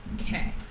Okay